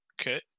Okay